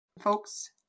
Folks